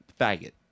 faggot